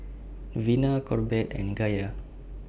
Vina Corbett and Gaye